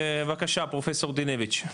בבקשה פרופסור דינביץ'.